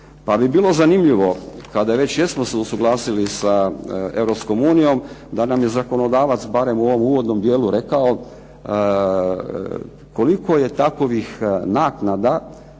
Pa bi bilo zanimljivo kada već jesmo se usuglasili sa Europskom unijom da nam je zakonodavac barem u ovom uvodnom dijelu rekao koliko je takovih naknada